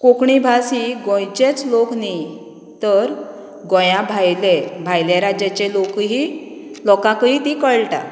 कोंकणी भास ही गोंयचेंच लोक न्ही तर गोंया भायले भायल्या राज्याचे लोक ही लोकांकूय बी कळटा